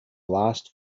last